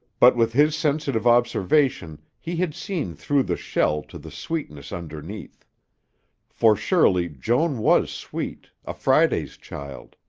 but with his sensitive observation he had seen through the shell to the sweetness underneath for surely joan was sweet, a friday's child.